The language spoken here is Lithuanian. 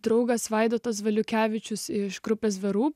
draugas vaidotas valiukevičius iš grupės the roop